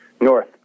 north